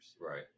right